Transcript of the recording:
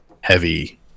heavy